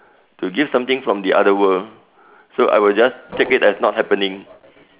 to give something from the other world so I will just take it as not happening